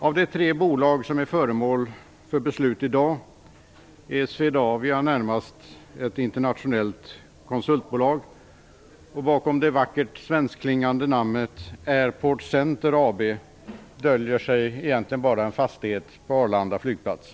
Av de tre bolag som är föremål för beslut i dag är Swedavia närmast ett internationellt konsultbolag, och bakom det vackert svenskklingande namnet Airport Center AB döljer sig egentligen bara en fastighet på Arlanda flygplats.